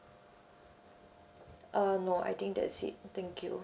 err no I think that's it thank you